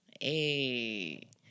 Hey